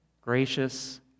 gracious